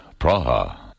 Praha